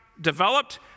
developed